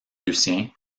lucien